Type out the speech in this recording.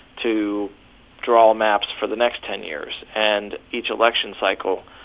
to draw maps for the next ten years. and each election cycle,